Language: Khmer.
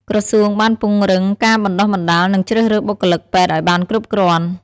ក្រសួងបានពង្រឹងការបណ្តុះបណ្តាលនិងជ្រើសរើសបុគ្គលិកពេទ្យឱ្យបានគ្រប់គ្រាន់។